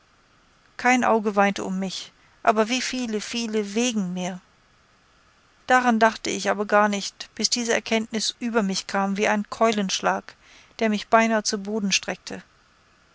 kein auge weinte um mich aber wie viele viele wegen mir daran dachte ich aber gar nicht bis diese erkenntnis über mich kam wie ein keulenschlag der mich beinahe zu boden streckte